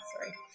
sorry